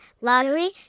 lottery